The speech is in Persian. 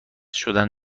شدن